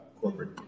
corporate